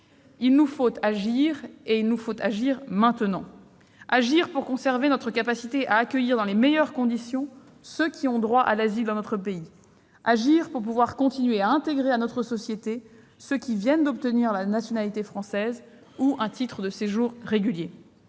est mis à l'épreuve. Il nous faut agir, maintenant. Agir pour conserver notre capacité à accueillir dans les meilleures conditions ceux qui ont droit à l'asile dans notre pays ; agir pour pouvoir continuer à intégrer à notre société ceux qui viennent d'obtenir la nationalité française ou un titre de séjour régulier